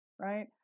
right